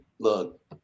look